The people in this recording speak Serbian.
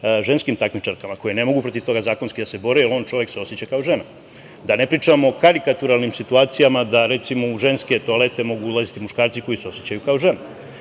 ženskim takmičarkama koje ne mogu protiv toga zakonski da se bore, jer on se čovek oseća kao žena. Da ne pričam o karikaturalnim situacijama, da recimo u ženske toalete mogu ulaziti muškarci koji se osećaju kao žene. To